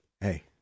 hey